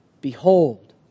Behold